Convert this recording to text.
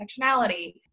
intersectionality